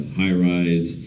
high-rise